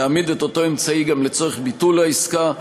להעמיד את אותו אמצעי גם לצורך ביטול העסקה.